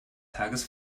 tages